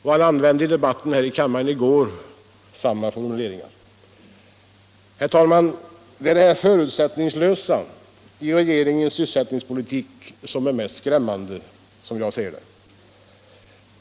Han använde i debatten här i kammaren samma formulering. Herr talman! Det är detta förutsättningslösa i den nya regeringens sysselsättningspolitik som är det mest skrämmande.